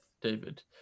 David